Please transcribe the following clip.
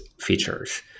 features